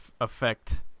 affect